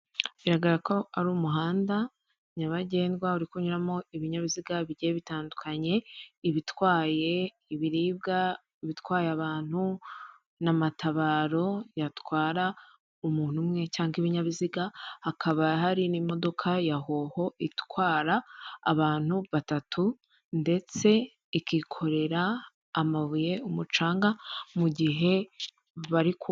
Biragaragara ko ari umuhanda nyabagendwa uri kunyuramo ibinyabiziga bigenda bitandukanye, ibitwaye ibiribwa ,ibitwaye abantu n'amatabaro yatwara umuntu umwe cyangwa ibinyabiziga hakaba hari n'imodoka ya hoho itwara abantu batatu ndetse ikikorera amabuye ,umucanga mu gihe barikubaka.